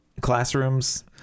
classrooms